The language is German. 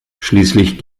schließlich